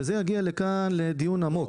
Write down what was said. וזה יגיע לכאן לדיון עמוק.